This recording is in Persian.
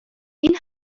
این